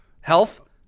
Health